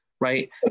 Right